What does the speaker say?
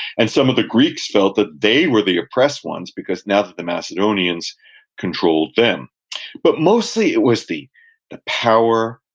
and some of the greeks felt that they were the oppressed ones, because now the macedonians controlled them but mostly, it was the the power,